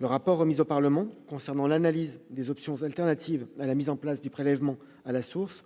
Le rapport remis au Parlement concernant l'analyse des options alternatives à la mise en place du prélèvement à la source